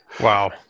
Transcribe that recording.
Wow